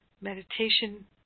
meditation